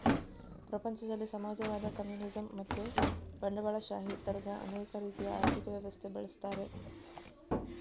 ಪ್ರಪಂಚದಲ್ಲಿ ಸಮಾಜವಾದ, ಕಮ್ಯುನಿಸಂ ಮತ್ತು ಬಂಡವಾಳಶಾಹಿ ತರದ ಅನೇಕ ರೀತಿಯ ಆರ್ಥಿಕ ವ್ಯವಸ್ಥೆ ಬಳಸ್ತಾರೆ